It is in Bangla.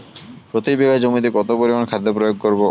প্রতি বিঘা জমিতে কত পরিমান খাদ্য প্রয়োগ করব?